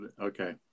Okay